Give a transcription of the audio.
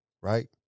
right